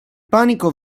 panico